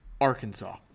Arkansas